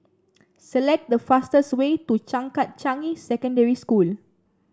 select the fastest way to Changkat Changi Secondary School